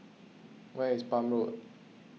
where is Palm Road